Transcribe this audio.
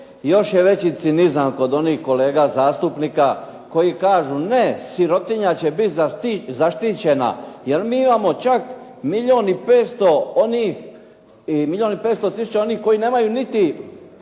još je veći cinizam kod onih kolega zastupnika koji kažu ne, sirotinja će biti zaštićena jer mi imamo čak milijon i 500 onih i milijon i